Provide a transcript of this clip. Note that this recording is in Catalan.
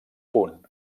punt